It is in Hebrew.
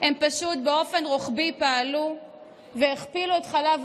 הם פשוט פעלו באופן רוחבי והכפילו את חלב